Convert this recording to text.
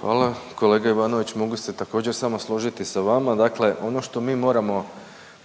Hvala kolega Ivanović. Mogu ste također, samo složiti sa vama. Dakle ono što mi moramo